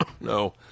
no